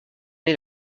est